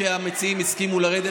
שהמציעים הסכימו להוריד,